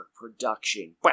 production